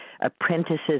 Apprentices